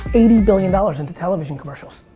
so eighty billion dollars into television commercials.